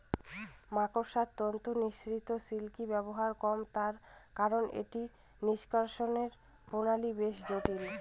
মাকড়সার তন্তু নিঃসৃত সিল্কের ব্যবহার কম তার কারন এটি নিঃষ্কাষণ প্রণালী বেশ জটিল